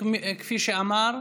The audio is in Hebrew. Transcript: כפי שהוא אמר,